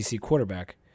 quarterback